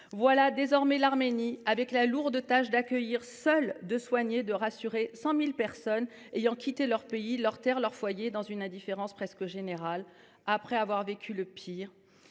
Voilà désormais l’Arménie qui a la lourde tâche d’accueillir, de soigner et de rassurer seule 100 000 personnes ayant quitté leur pays, leur terre, leur foyer, dans une indifférence presque générale, après avoir vécu le pire.